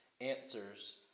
answers